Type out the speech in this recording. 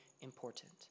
important